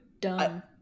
done